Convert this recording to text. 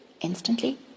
Instantly